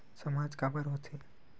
सामाज काबर हो थे?